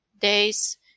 days